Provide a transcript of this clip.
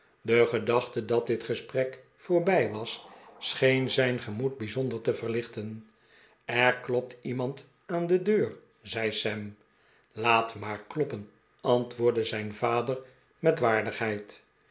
de ge dachte dat dit gesprek voorbij was scheen zijn gemoed bijzonder te verlichten er klopt iemand aan de deur zei sam laat maar kloppen antwoordde zijn vader met waardigheid